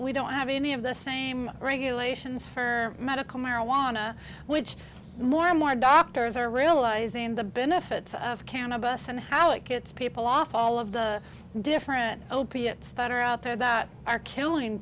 we don't have any of the same regulations for medical marijuana which more and more doctors are realizing and the benefits of cannabis and how it gets people off all of the different opiates that are out there that are killing